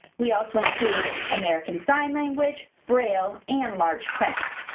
we also include american sign language, braille and large print.